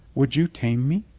would you tame me?